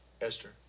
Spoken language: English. Esther